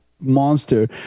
monster